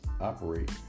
operate